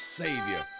savior